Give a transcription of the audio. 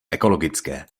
ekologické